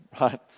right